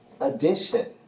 Addition